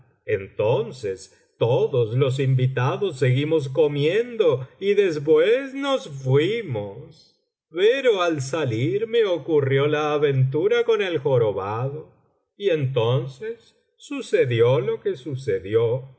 entonces todos los invitados seguimos comiendo y después nos fuimos pero al salir me ocurrió la aventura con el jorobado y entonces sucedió lo que sucedió